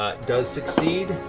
ah does succeed.